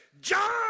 John